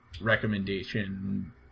Recommendation